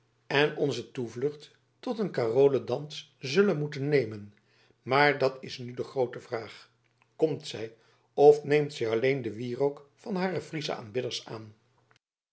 en onze toevlucht tot een karoledans zullen moeten nemen maar dat is nu de groote vraag komt zij of neemt zij alleen den wierook van hare friesche aanbidders aan